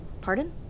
Pardon